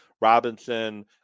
Robinson